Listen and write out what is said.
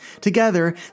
Together